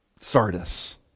Sardis